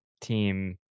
team